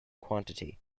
quantity